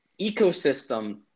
ecosystem